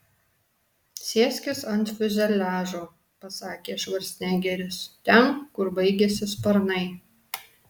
sėskis ant fiuzeliažo pasakė švarcnegeris ten kur baigiasi sparnai